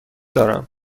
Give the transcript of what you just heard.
دارم